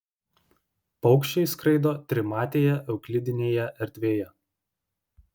paukščiai skraido trimatėje euklidinėje erdvėje